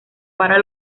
para